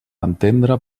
entendre